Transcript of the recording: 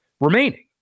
remaining